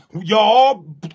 Y'all